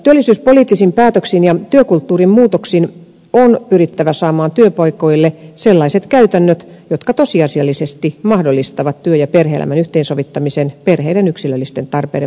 työllisyyspoliittisin päätöksin ja työkulttuurin muutoksin on pyrittävä saamaan työpaikoille sellaiset käytännöt jotka tosiasiallisesti mahdollistavat työ ja perhe elämän yhteensovittamisen perheiden yksilöllisten tarpeiden mukaan